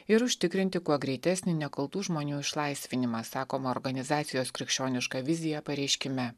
ir užtikrinti kuo greitesnį nekaltų žmonių išlaisvinimą sakoma organizacijos krikščioniška vizija pareiškime